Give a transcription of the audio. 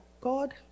God